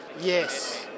Yes